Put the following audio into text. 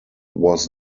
was